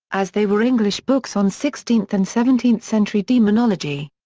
as they were english books on sixteenth and seventeenth-century demonology.